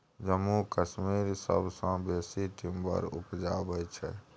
जम्मू कश्मीर सबसँ बेसी टिंबर उपजाबै छै